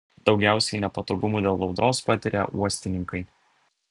daugiausiai nepatogumų dėl audros patiria uostininkai